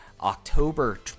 October